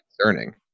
concerning